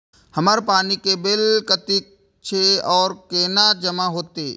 हमर पानी के बिल कतेक छे और केना जमा होते?